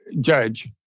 judge